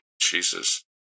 Jesus